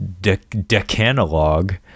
Decanalog